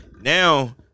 Now